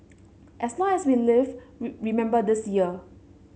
as long as we live remember this year